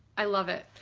i love it.